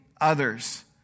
others